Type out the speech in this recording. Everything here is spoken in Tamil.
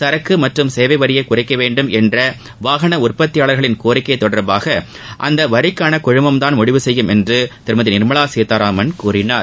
சரக்கு மற்றும் சேவை வரியை குறைக்க வேண்டும் என்ற வாகன உற்பத்தியாளர்களின் கோரிக்கை தொடர்பாக அந்த வரிக்காள குழுமம்தாள் முடிவு செய்யும் என்றும் திருமதி நிர்மலா சீதாராமன் கூறினார்